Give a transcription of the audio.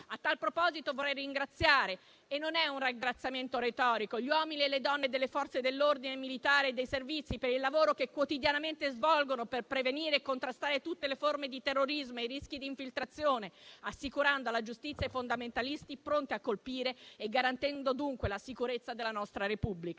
A tal proposito vorrei ringraziare - e non è un ringraziamento retorico - gli uomini e le donne e delle Forze dell'ordine, delle Forze armate e dei Servizi, per il lavoro che quotidianamente svolgono per prevenire e contrastare tutte le forme di terrorismo e i rischi di infiltrazione, assicurando alla giustizia i fondamentalisti pronti a colpire e garantendo dunque la sicurezza della nostra Repubblica.